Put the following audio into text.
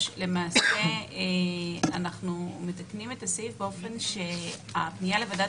למעשה אנחנו מתקנים את הסעיף באופן שהפנייה לוועדת